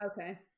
Okay